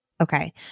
Okay